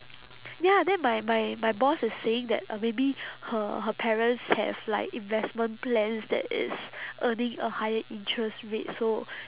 ya then my my my boss is saying that uh maybe her her parents have like investment plans that is earning a higher interest rate so